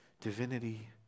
divinity